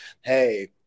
hey